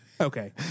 Okay